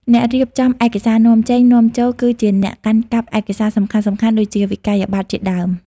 អ្នករៀបចំឯកសារនាំចេញ-នាំចូល គឺជាអ្នកកាន់កាប់ឯកសារសំខាន់ៗដូចជា វិក័យប័ត្រ ជាដើម។